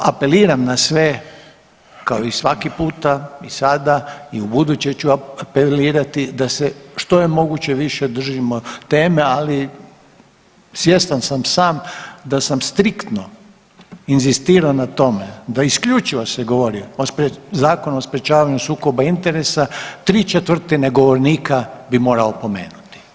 Apeliram na sve kao i svaki puta i sada i ubuduće ću apelirati da se što je moguće više držimo teme ali svjestan sam sam da sam striktno inzistirao na tome da isključivo se govori o Zakonu o sprječavanju sukoba interesa 3/4 govornika bi morao opomenuti.